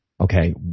Okay